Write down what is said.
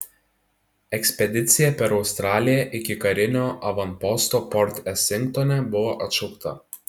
ekspedicija per australiją iki karinio avanposto port esingtone buvo atšaukta